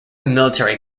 military